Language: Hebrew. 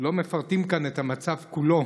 לא מפרטים כאן את המצב כולו